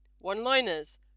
one-liners